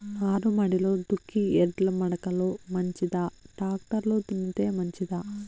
నారుమడిలో దుక్కి ఎడ్ల మడక లో మంచిదా, టాక్టర్ లో దున్నితే మంచిదా?